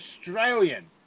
Australian